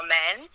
men